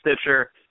Stitcher